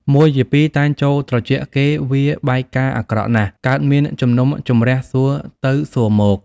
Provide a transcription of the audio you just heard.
មួយជាពីរ តែចូលត្រចៀកគេវាបែកការណ៍អាក្រក់ណាស់ កើតមានជំនុំជម្រះសួរទៅសួរមក